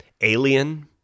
Alien